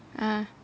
ah